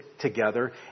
together